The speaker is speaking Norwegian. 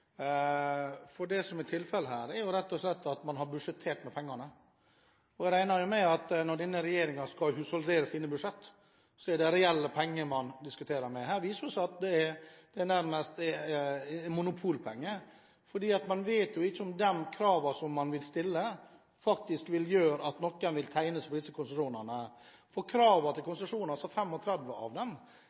man har budsjettert med pengene, og jeg regner med at når denne regjeringen skal husholdere sine budsjetter, er det reelle penger man diskuterer. Her viser det seg at det nærmest er monopolpenger, for man vet jo ikke om de kravene man vil stille, vil gjøre at noen vil tegne seg på disse konsesjonene. Kravene til konsesjonene – 35 av dem